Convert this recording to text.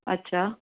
अछा